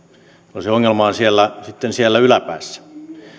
mutta se ongelma on sitten siellä yläpäässä